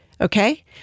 Okay